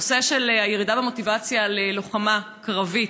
בנושא של ירידה במוטיבציה של ללוחמה קרבית: